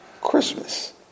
Christmas